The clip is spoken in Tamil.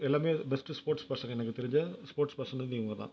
எல்லாமே பெஸ்ட்டு ஸ்போர்ட்ஸ் பெர்சன் எனக்குத் தெரிஞ்ச ஸ்போர்ட்ஸ் பெர்சன் வந்து இவங்க தான்